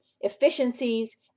efficiencies